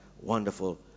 wonderful